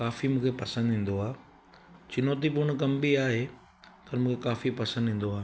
काफ़ी मूंखे पसंदि ईंदो आ चुनौतीपूर्ण कम बि आहे के मूंखे काफ़ी पसंदि ईंदो आहे